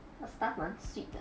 那 staff 蛮 sweet 的